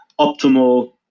optimal